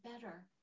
better